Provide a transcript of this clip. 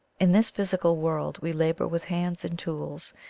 in this physical world we labour with hands and tools,